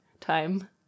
time